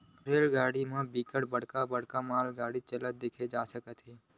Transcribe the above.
rail पटरी म बिकट बड़का बड़का मालगाड़ी चलत देखे जा सकत हे